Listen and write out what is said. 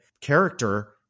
character